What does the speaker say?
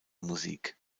musik